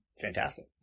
fantastic